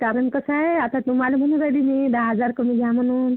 कारण कसं आहे आता तुम्हाला म्हणून राहिली मी दहा हजार कमी द्या म्हणून